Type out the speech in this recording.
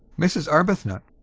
mrs. arbuthnot.